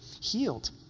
healed